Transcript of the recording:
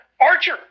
Archer